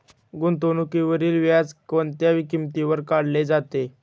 गुंतवणुकीवरील व्याज कोणत्या किमतीवर काढले जाते?